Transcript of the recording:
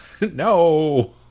No